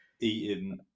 eating